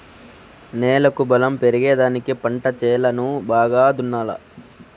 నేలకు బలం పెరిగేదానికి పంట చేలను బాగా దున్నాలా